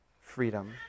freedom